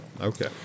okay